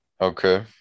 Okay